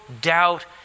doubt